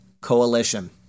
coalition